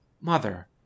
Mother